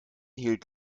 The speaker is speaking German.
hielt